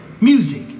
music